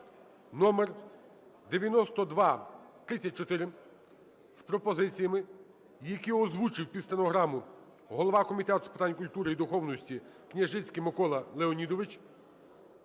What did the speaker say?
(№ 9234) з пропозиціями, які озвучив під стенограму голова Комітету з питань культури і духовності Княжицький Микола Леонідович,